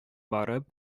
барып